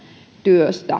työstä